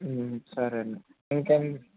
సరే అండి ఇంకా అండి